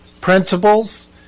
principles